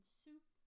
soup